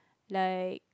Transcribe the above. like